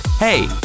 Hey